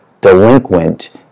delinquent